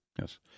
Yes